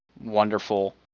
wonderful